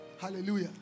Hallelujah